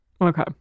Okay